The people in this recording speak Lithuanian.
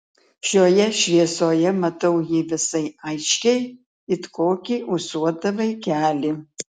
šioje šviesoje matau jį visai aiškiai it kokį ūsuotą vaikelį